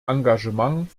engagement